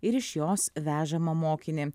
ir iš jos vežamą mokinį